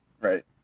Right